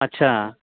अच्छा